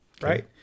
right